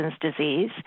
disease